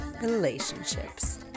relationships